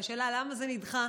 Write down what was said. והשאלה היא: למה זה נדחה?